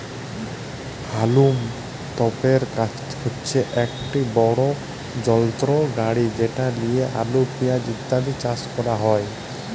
হাউলম তপের হছে ইকট বড় যলত্র গাড়ি যেট লিঁয়ে আলু পিয়াঁজ ইত্যাদি চাষ ক্যরা হ্যয়